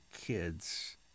kids